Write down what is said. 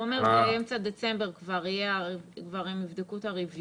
הוא אומר שבאמצע דצמבר הם כבר יבדקו את ה-review,